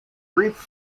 reef